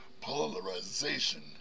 polarization